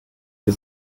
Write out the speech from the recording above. für